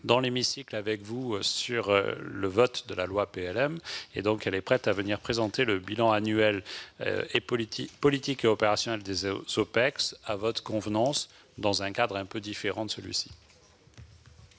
dans votre hémicycle lors de l'examen de la LPM. Elle est prête à venir présenter le bilan annuel politique et opérationnel des OPEX, à votre convenance, dans un cadre un peu différent de celui-ci.